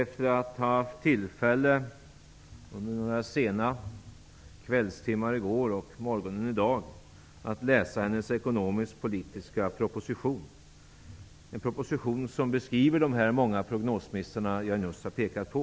Jag har under några sena kvällstimmar i går och en stund på morgonen i dag haft tillfälle att läsa hennes ekonomisk-politiska proposition. Det är en proposition som beskriver de många prognosmissar som jag nyss har pekat på.